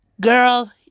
girl